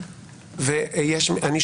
חברת הכנסת קארין אלהרר,